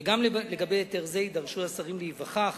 וגם לגבי היתר זה יידרשו השרים להיווכח